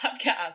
podcast